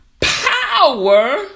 power